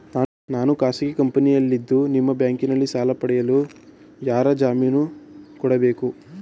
ನಾನು ಖಾಸಗಿ ಕಂಪನಿಯಲ್ಲಿದ್ದು ನಿಮ್ಮ ಬ್ಯಾಂಕಿನಲ್ಲಿ ಸಾಲ ಪಡೆಯಲು ಯಾರ ಜಾಮೀನು ಕೊಡಬೇಕು?